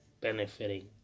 benefiting